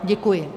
Děkuji.